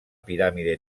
piràmide